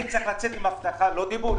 אני צריך לצאת עם הבטחה ולא עם דיבורים.